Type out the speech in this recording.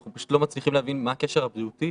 אנחנו פשוט לא מצליחים להבין מה הקשר הבריאותי